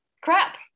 crap